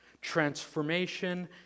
Transformation